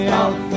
out